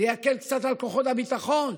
זה יקל קצת על כוחות הביטחון.